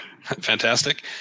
fantastic